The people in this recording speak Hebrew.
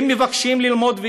הם מבקשים ללמוד,